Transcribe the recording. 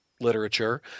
literature